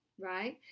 right